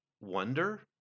wonder